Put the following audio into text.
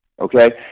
Okay